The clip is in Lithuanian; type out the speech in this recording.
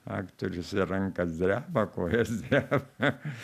aktorius rankos dreba kojos dreba